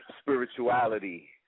Spirituality